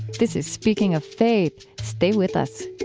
this is speaking of faith. stay with us